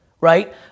right